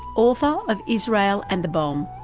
author of israel and the bomb.